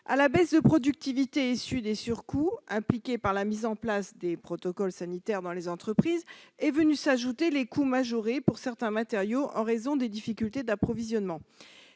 À la baisse de productivité résultant des surcoûts liés à la mise en place des protocoles sanitaires dans les entreprises est venue s'ajouter la majoration du coût de certains matériaux en raison des difficultés d'approvisionnement.